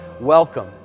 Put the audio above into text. welcome